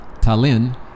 Tallinn